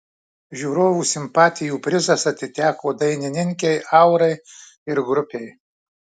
žiūrovų simpatijų prizas atiteko dainininkei aurai ir grupei